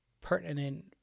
pertinent